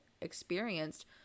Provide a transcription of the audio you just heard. experienced